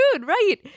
right